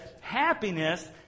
happiness